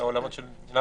שלא